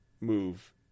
move